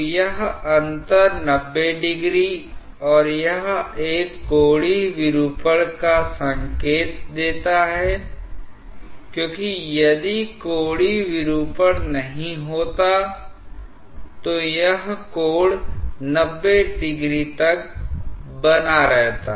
तो यह अंतर 90° और यह एक कोणीय विरूपण का संकेत देता है क्योंकि यदि कोणीय विरूपण नहीं होता तो यह कोण 90° तक बना रहता